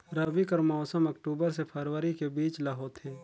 रबी कर मौसम अक्टूबर से फरवरी के बीच ल होथे